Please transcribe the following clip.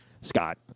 Scott